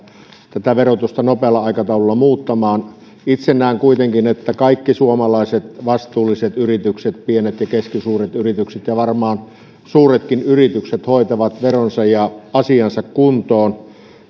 verotusta nopealla aikataululla muuttamaan itse näen kuitenkin että kaikki suomalaiset vastuulliset yritykset pienet ja keskisuuret yritykset ja varmaan suuretkin yritykset hoitavat veronsa ja asiansa kuntoon